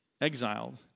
exiled